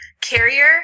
carrier